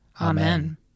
Amen